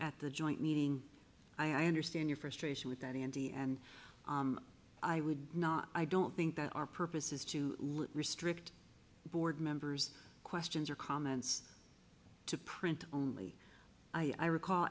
at the joint meeting i understand your frustration with that andy and i would not i don't think that our purpose is to restrict board members questions or comments to print only i recall